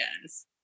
yes